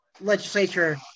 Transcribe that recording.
legislature –